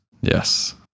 Yes